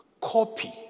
Copy